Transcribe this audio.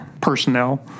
personnel